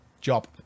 Job